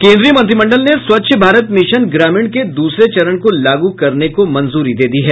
केन्द्रीय मंत्रिमंडल ने स्वच्छ भारत मिशन ग्रामीण के दूसरे चरण को लागू करने को मंजूरी दे दी है